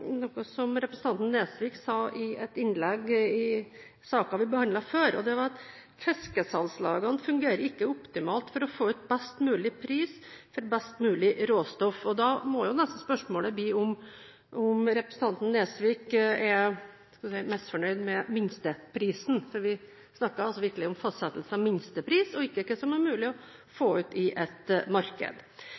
noe representanten Nesvik sa i et innlegg i sakene vi behandlet før denne, og det var at fiskesalgslagene ikke fungerer optimalt for å få ut best mulig pris for best mulig råstoff. Da må nesten spørsmålet bli om representanten Nesvik er misfornøyd med minsteprisen, for vi snakker virkelig om fastsettelse av minstepris og ikke hva som er mulig å få ut i et marked.